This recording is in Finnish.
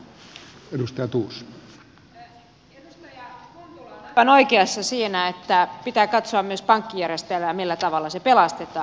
edustaja kontula on aivan oikeassa siinä että pitää katsoa myös pankkijärjestelmää millä tavalla se pelastetaan